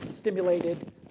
Stimulated